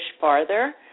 farther